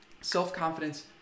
Self-confidence